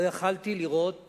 לא יכולתי לראות